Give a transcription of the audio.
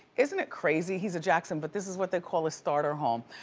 isn't it crazy? he's a jackson but this is what they call a starter home.